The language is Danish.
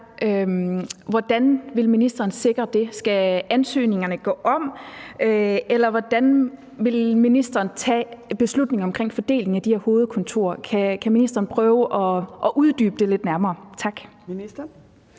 hvordan ministeren vil sikre det. Skal ansøgningerne gå om? Eller hvordan vil ministeren tage beslutningen om fordelingen af de her hovedkontorer? Kan ministeren prøve at uddybe det lidt nærmere? Tak.